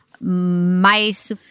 Mice—